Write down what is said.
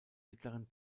mittleren